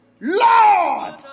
Lord